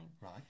right